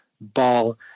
ball